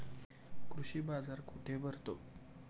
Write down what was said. कृषी बाजार कुठे भरतो?